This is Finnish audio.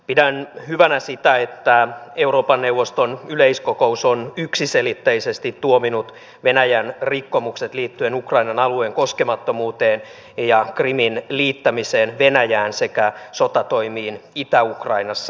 pidän hyvänä sitä että euroopan neuvoston yleiskokous on yksiselitteisesti tuominnut venäjän rikkomukset liittyen ukrainan alueen koskemattomuuteen ja krimin liittämiseen venäjään sekä sotatoimiin itä ukrainassa